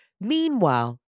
Meanwhile